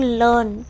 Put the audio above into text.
learn